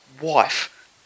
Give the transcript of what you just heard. wife